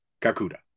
Kakuda